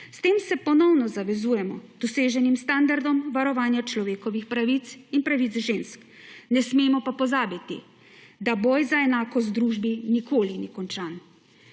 S tem se ponovno zavezujemo doseženim standardom varovanja človekovih pravic in pravic žensk. Ne smemo pa pozabiti, da boj za enakost v družbi nikoli ni končan.